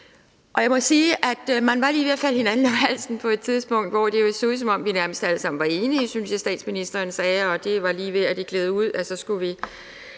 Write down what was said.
Jeg må sige, at man var lige ved at falde hinanden om halsen på et tidspunkt, hvor det jo så ud, som om vi nærmest alle sammen var enige – det synes jeg at statsministeren sagde – det var lige ved, at det mundede ud i, at så skulle vi